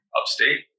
upstate